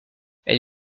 elle